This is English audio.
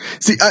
See